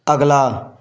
ਅਗਲਾ